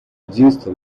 единство